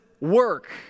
work